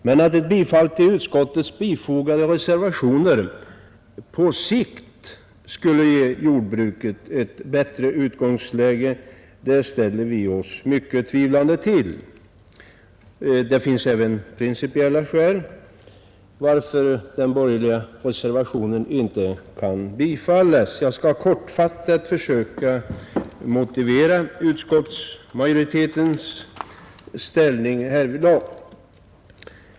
Men att ett bifall till den reservation som fogats till utskottets betänkande på sikt skulle ge jordbruket ett bättre utgångsläge tvivlar vi på. Det finns även prinicipiella skäl till att den borgerliga reservationen inte kan bifallas. Jag skall kortfattat försöka motivera utskottets ställningstagande.